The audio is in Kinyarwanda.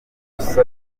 amb